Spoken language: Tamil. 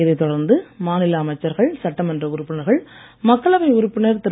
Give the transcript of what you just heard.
இதைத் தொடர்ந்து மாநில அமைச்சர்கள் சட்டமன்ற உறுப்பினர்கள் மக்களவை உறுப்பினர் திரு